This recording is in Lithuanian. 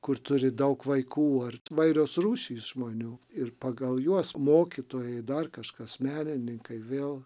kur turi daug vaikų ar įvairios rūšys žmonių ir pagal juos mokytojai dar kažkas menininkai vėl